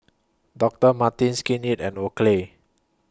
Doctor Martens Skin Inc and Oakley